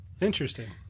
Interesting